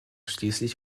schließlich